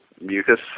mucus